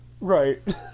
right